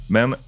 Men